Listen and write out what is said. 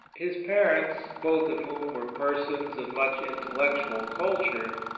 his parents, both of whom were persons of much intellectual culture,